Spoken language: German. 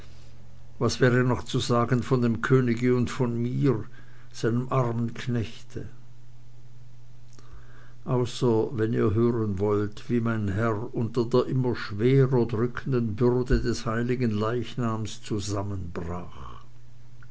was wäre noch zu sagen von dem könige und mir seinem armen knechte außer wenn ihr hören wollt wie mein herr unter der immer schwerer drückenden bürde des heiligen leichnams zusammenbrach